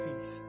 peace